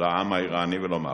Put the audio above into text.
לעם האירני ולומר: